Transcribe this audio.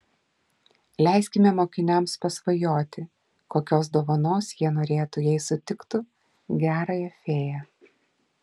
leiskime mokiniams pasvajoti kokios dovanos jie norėtų jei sutiktų gerąją fėją